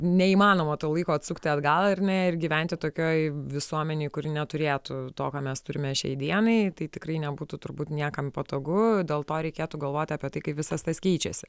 neįmanoma to laiko atsukti atgal ar ne ir gyventi tokioj visuomenėj kuri neturėtų to ką mes turime šiai dienai tai tikrai nebūtų turbūt niekam patogu dėl to reikėtų galvoti apie tai kaip visas tas keičiasi